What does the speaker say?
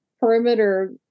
perimeter